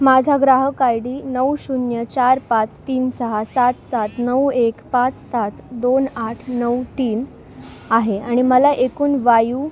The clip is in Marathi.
माझा ग्राहक आय डी नऊ शून्य चार पाच तीन सहा सात सात नऊ एक पाच सात दोन आठ नऊ तीन आहे आणि मला एकूण वायू